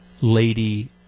lady